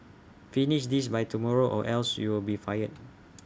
finish this by tomorrow or else you'll be fired